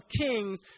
kings